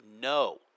no